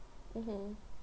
mmhmm